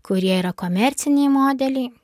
kurie yra komerciniai modeliai